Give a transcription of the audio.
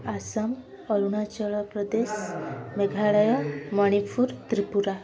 Assam Arunachal Pradesh Meghalaya Manipur Tripura